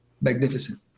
magnificent